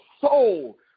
soul